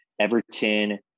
Everton –